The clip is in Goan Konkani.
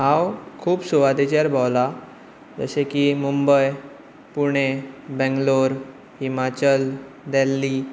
हांव खूब सुवातेचेर भोंवला जशें की मुंबय पुणे आनी बैंगलोर हिमाचल देल्ली